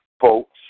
folks